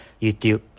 YouTube